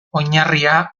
oinarria